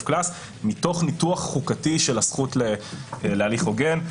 קנס מתוך ניתוח חוקתי של הזכות להליך הוגן.